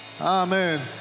Amen